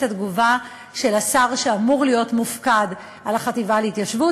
התגובה של השר שאמור להיות מופקד על החטיבה להתיישבות,